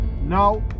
Now